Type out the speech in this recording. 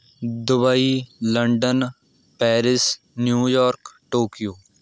Dubai London Paris New York Tokyo